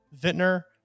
vintner